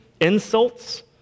insults